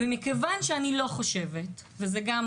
ומכיוון שאני לא חושבת, וזה גם